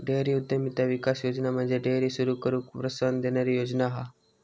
dairy उद्यमिता विकास योजना म्हणजे डेअरी सुरू करूक प्रोत्साहन देणारी योजना हा